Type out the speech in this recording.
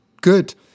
Good